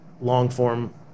long-form